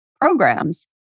programs